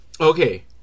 Okay